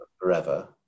forever